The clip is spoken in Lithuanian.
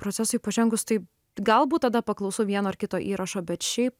procesui pažengus tai galbūt tada paklausau vieno ar kito įrašo bet šiaip